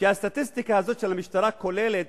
שהסטטיסטיקה הזאת של המשטרה כוללת